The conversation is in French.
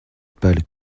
pâle